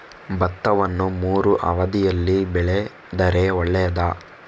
ಭತ್ತವನ್ನು ಮೂರೂ ಅವಧಿಯಲ್ಲಿ ಬೆಳೆದರೆ ಒಳ್ಳೆಯದಾ?